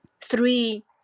three